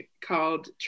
called